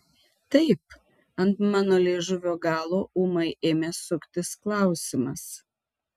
taip ant mano liežuvio galo ūmai ėmė suktis klausimas